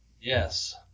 Yes